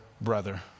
brother